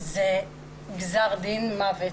זה גזר דין מוות.